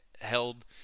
held